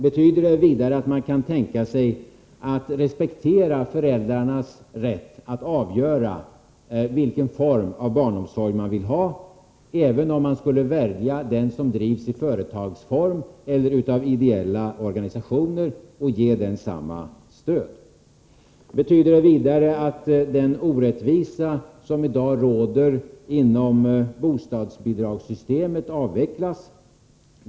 Betyder det vidare att man kan tänka sig att respektera föräldrars rätt att avgöra vilken form av barnomsorg föräldrarna vill ha, även om föräldrarna skulle välja den omsorg som drivs i företagsform eller av ideella organisationer, och att ni är beredda att ge dessa former samma stöd? Betyder det vidare att den orättvisa som i dag råder inom bostadsbidragssystemet avvecklas?